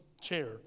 chair